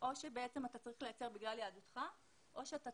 שבעצם אתה צריך לייצר בגלל יהדותך או שאתה